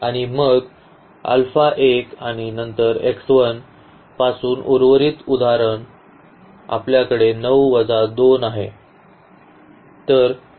आणि मग हा अल्फा 1 आणि नंतर x 1 पासून उर्वरित उदाहरणार्थ आपल्याकडे 9 वजा 2 आहे